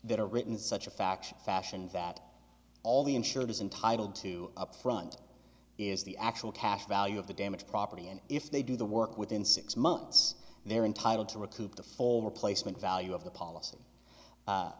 that are written in such a faction fashion that all the insured is entitled to upfront is the actual cash value of the damaged property and if they do the work within six months they are entitled to recoup the full replacement value of the policy